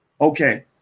Okay